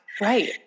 Right